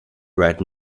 right